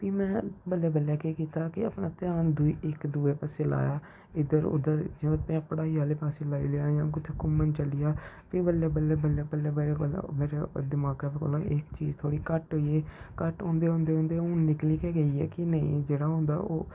फ्ही में बल्लें बल्लें केह् कीता कि आपना ध्यान दुई इक दुऐ पास्सै लाया इद्धर उद्धर ज्यादा अपनी पढ़ाई आह्लें पास्सै लाई लेआ यां कुत्थें घूमन चली गेआ फ्ही बल्लें बल्लें बल्लें बल्लें मेरे दमाकै कोला पर एह् चीज़ थोह्ड़ी घट्ट होई घट्ट होंदे होंदे होंदे हून निकली गै गेई कि नेईे जेह्ड़ा होंदा ओह्